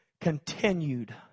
continued